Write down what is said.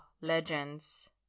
legends